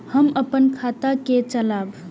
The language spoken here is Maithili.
हम अपन खाता के चलाब?